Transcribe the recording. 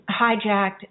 hijacked